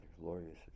glorious